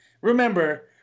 Remember